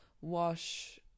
wash